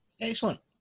Excellent